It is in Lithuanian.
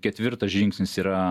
ketvirtas žingsnis yra